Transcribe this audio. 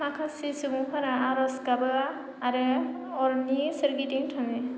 माखासे सुबुंफोरा आर'ज गाबो आरो अरनि सोरगिदिं थाङो